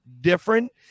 different